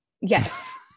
Yes